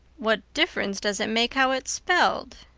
what difference does it make how it's spelled?